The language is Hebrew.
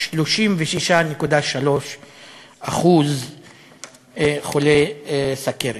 36.3% חולי סוכרת.